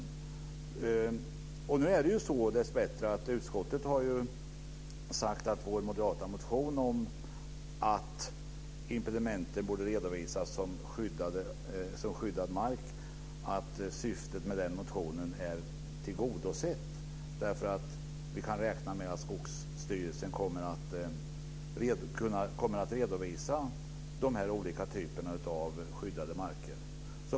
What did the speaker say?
Nu har utskottet dessbättre sagt att syftet med vår moderata motion om att impedimenten borde redovisas som skyddad mark är tillgodosett därför att vi kan räkna med att Skogsstyrelsen kommer att redovisa de olika typerna av skyddade marker.